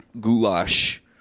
goulash